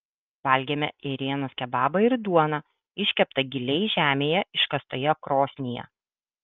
valgėme ėrienos kebabą ir duoną iškeptą giliai žemėje iškastoje krosnyje